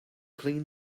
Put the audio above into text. clean